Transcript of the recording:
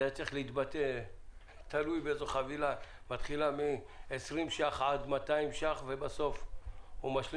מחיר חבילה הוא מ-20 שקלים עד 200 שקלים ובסוף הוא משלים